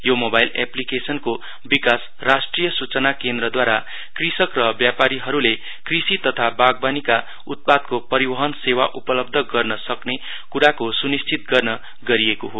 यो मोवाइल एपलिकेशनको विकास राष्ट्रिय सूचना केन्द्रद्वारा कृषक र व्यापारीहरूको कृषि तथा बागवानीका उत्पादको परिवहन सेवा उपलब्ध गर्न सक्कने कृराको सुनिश्चित गर्न गरिएको हो